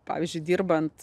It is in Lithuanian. pavyzdžiui dirbant